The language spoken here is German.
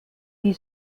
die